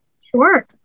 Sure